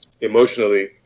emotionally